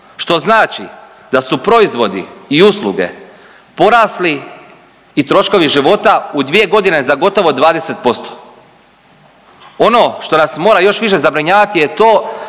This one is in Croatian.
što znači da su proizvodi i usluge porasli i troškovi života, u 2 godine za gotovo 20%. Ono što nas mora još više zabrinjavati je to